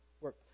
work